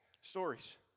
Stories